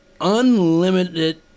unlimited